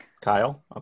Kyle